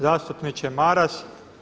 Zastupniče Maras.